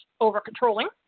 over-controlling